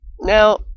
Now